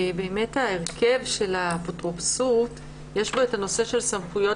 באמת בהרכב האפוטרופסות יש את הנושא של סמכויות